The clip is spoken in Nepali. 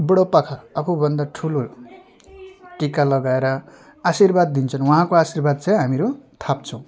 बुढोपाका आफूभन्दा ठुलो टिका लगाएर आशीर्वाद दिन्छन् उहाँको आशीर्वाद चाहिँ हामीहरू थाप्छौँ